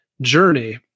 journey